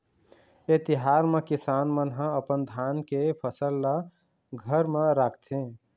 ए तिहार म किसान मन ह अपन धान के फसल ल घर म राखथे